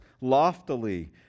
Loftily